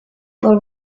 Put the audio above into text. por